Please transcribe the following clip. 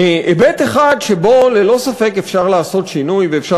היבט אחד שבו ללא ספק אפשר לעשות שינוי ואפשר